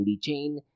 Chain